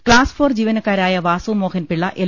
class four ജീവനക്കാ രായ Vasu Mohan Pillai L